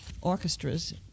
orchestras